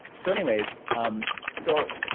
so anyways so,